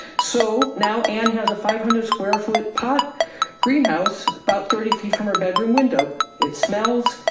so now and has a five hundred square foot pod greenhouse, about thirty feet from her bedroom window. it smells,